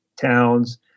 towns